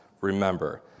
remember